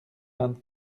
vingt